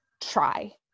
try